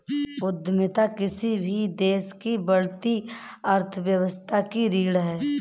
उद्यमिता किसी भी देश की बढ़ती अर्थव्यवस्था की रीढ़ है